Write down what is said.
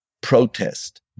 protest